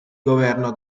governo